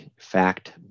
fact